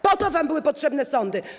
Po to wam były potrzebne sądy.